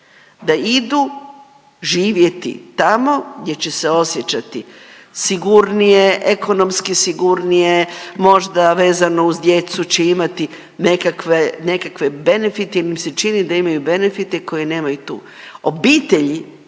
da idu živjeti tamo gdje će se osjećati sigurnije, ekonomski sigurnije, možda vezano uz djecu će imati nekakve, nekakve benefite jer mi se čini da imaju benefite koje nemaju tu.